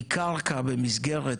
מקרקע במסגרת